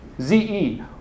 Z-E